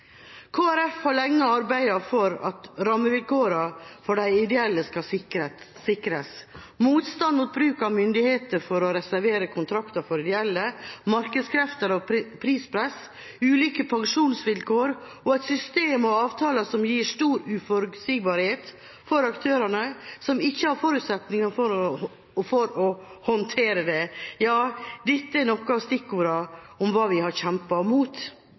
Folkeparti har lenge arbeidet for at rammevilkårene for de ideelle skal sikres. Motstand mot bruk av mulighetene for å reservere kontrakter for ideelle, markedskrefter og prispress, ulike pensjonsvilkår og et system og avtaler som gir stor uforutsigbarhet for aktører som ikke har forutsetninger for å håndtere det – dette er noen stikkord om hva vi har kjempet mot.